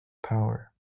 power